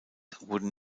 wurden